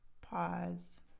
Pause